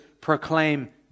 proclaim